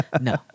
No